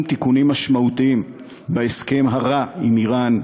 תיקונים משמעותיים בהסכם הרע עם איראן,